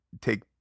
take